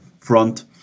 front